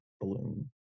Balloon